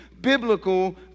biblical